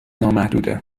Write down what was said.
نامحدوده